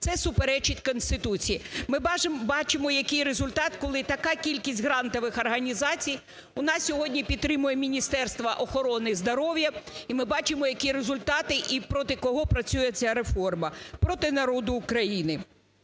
Це суперечить Конституції. Ми бачимо, який результат, коли така кількість грантових організацій у нас сьогодні підтримує Міністерство охорони здоров'я і ми бачимо, які результати і проти кого працює ця реформа – проти народу України.